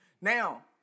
Now